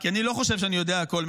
כי אני לא חושב שאני יודע הכול,